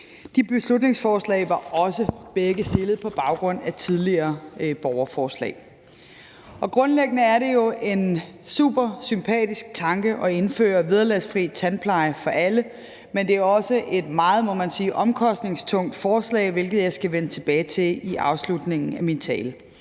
De beslutningsforslag var også begge fremsat på baggrund af tidligere borgerforslag. Grundlæggende er det jo en supersympatisk tanke at indføre vederlagsfri tandpleje for alle, men det er også et meget, må man sige, omkostningstungt forslag, hvilket jeg skal vende tilbage til i afslutningen af min tale.